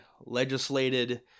legislated